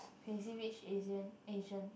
crazy rich asian asian